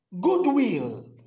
Goodwill